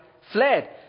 fled